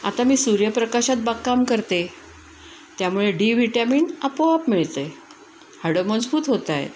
आता मी सूर्य प्रकाशात बागकाम करते त्यामुळे डी व्हिटॅमिन आपोआप मिळतं आहे हाडं मजबूत होत आहेत